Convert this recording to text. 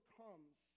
comes